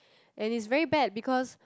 and is very bad because